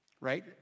right